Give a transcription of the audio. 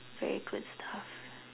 very good stuff